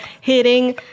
hitting